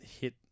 hit